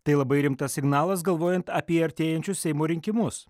tai labai rimtas signalas galvojant apie artėjančius seimo rinkimus